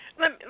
Let